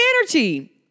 energy